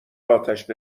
آتش